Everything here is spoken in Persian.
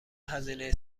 هزینه